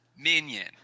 Minion